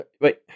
Wait